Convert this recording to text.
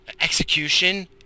execution